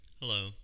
Hello